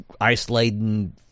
ice-laden